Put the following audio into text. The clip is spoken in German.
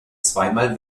zweimal